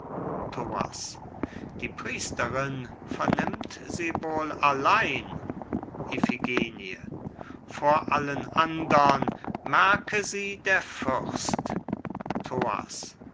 die priesterin vernimmt sie wohl allein iphigenie vor allen andern merke sie der fürst